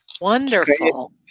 wonderful